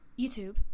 youtube